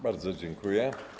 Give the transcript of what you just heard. Bardzo dziękuję.